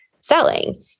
selling